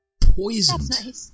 Poisoned